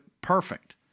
perfect